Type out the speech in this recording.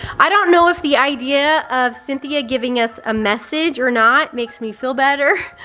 i don't know if the idea of cynthia giving us a message, or not, makes me feel better,